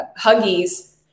Huggies